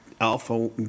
alpha